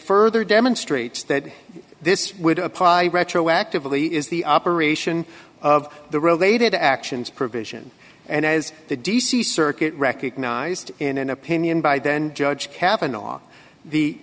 further demonstrates that this would apply retroactively is the operation of the related actions provision and as the d c circuit recognized in an opinion by then judge kavanaugh the